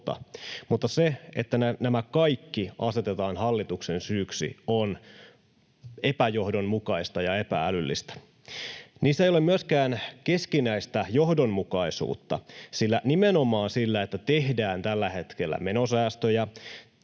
mutta se, että nämä kaikki asetetaan hallituksen syyksi, on epäjohdonmukaista ja epä-älyllistä. Niissä ei ole myöskään keskinäistä johdonmukaisuutta, sillä nimenomaan sillä, että tehdään tällä hetkellä menosäästöjä,